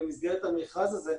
במסגרת המכרז הזה,